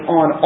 on